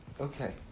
Okay